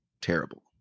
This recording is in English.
terrible